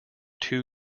two